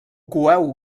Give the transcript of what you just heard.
coeu